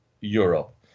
Europe